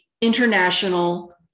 international